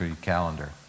calendar